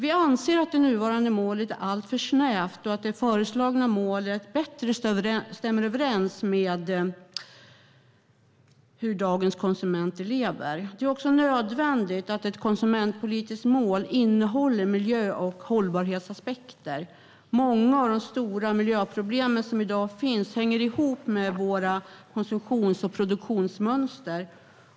Vi anser att det nuvarande målet är alltför snävt och att det föreslagna målet bättre stämmer överens med hur dagens konsumenter lever. Det är också nödvändigt att ett konsumentpolitiskt mål innehåller miljö och hållbarhetsaspekter. Många av de stora miljöproblem som i dag finns hänger ihop med våra konsumtions och produktionsmönster.